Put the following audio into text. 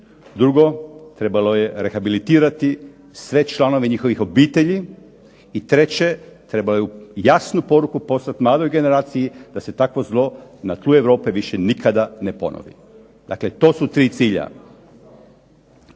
Drugo, trebalo je rehabilitirati sve članove njihovih obitelji i treće, trebalo je jasnu poruku poslati mladoj generaciji da se takvo zlo na tlu Europe više nikada ne ponovi. Dakle, to su tri cilja.